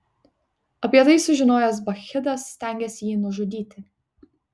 apie tai sužinojęs bakchidas stengėsi jį nužudyti